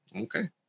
Okay